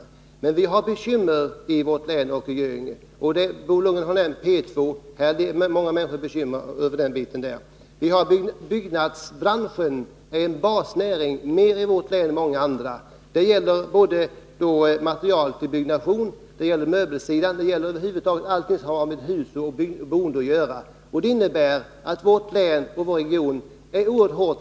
Vi har bekymmer i vårt län och i 6 Riksdagens protokoll 1981182:75-79 att förbättra sysselsättningen i Östra Göinge Göinge. Bo Lundgren har nämnt P 2, och många människor är bekymrade över situationen där. Vi har vidare byggnadsbranschen, som i vårt län mer än i många andra är en basnäring. Det gäller material till byggnation, möbelsidan och över huvud taget allt som har med hus och boende att göra. Det innebär att vårt län och vår region drabbats oerhört hårt.